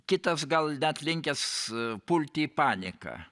kitas gal net linkęs pulti į paniką